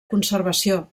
conservació